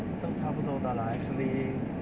都差不多的啦 actually